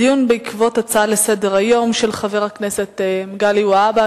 דיון בעקבות הצעה לסדר-היום של חבר הכנסת מגלי והבה,